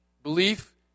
Belief